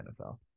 NFL